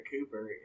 Cooper